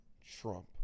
Trump